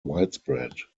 widespread